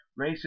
racist